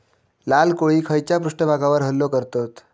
लाल कोळी खैच्या पृष्ठभागावर हल्लो करतत?